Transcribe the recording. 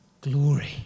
glory